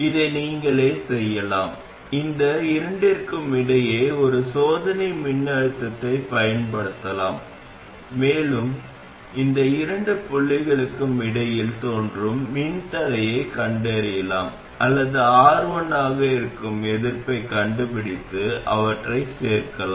இதை நீங்களே செய்யலாம் இந்த இரண்டிற்கும் இடையே ஒரு சோதனை மின்னழுத்தத்தைப் பயன்படுத்தலாம் மேலும் இந்த இரண்டு புள்ளிகளுக்கு இடையில் தோன்றும் மின்தடையைக் கண்டறியலாம் அல்லது R1 ஆக இருக்கும் எதிர்ப்பைக் கண்டுபிடித்து அவற்றைச் சேர்க்கலாம்